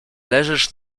leżysz